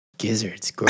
Gizzards